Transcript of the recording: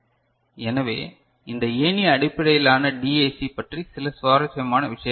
எனவே இந்த ஏணி அடிப்படையிலான டிஏசி பற்றி சில சுவாரஸ்யமான விஷயங்கள்